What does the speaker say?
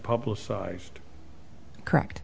publicized correct